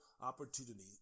opportunity